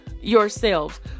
yourselves